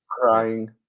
crying